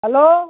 hello